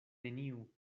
neniu